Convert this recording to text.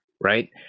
Right